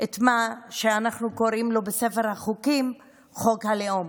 את מה שאנחנו קוראים לו בספר החוקים "חוק הלאום",